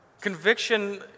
Conviction